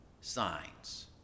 signs